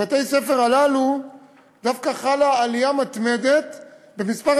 בבתי-הספר הללו דווקא חלה עלייה מתמדת במספר